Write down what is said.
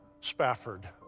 Spafford